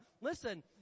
Listen